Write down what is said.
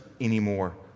anymore